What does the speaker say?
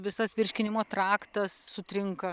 visas virškinimo traktas sutrinka